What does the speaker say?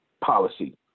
policy